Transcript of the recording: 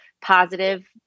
positive